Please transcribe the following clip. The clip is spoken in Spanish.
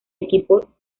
equipo